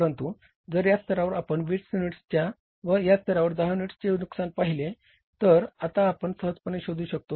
परंतु जर या स्तरावर आपण 20 युनिट्सचे व या स्तरावर 10 युनिट्सचे नुकसान पहिले तर आता आपण सहजपणे शोधू शकतो